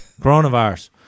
coronavirus